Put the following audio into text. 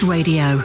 Radio